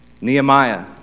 Nehemiah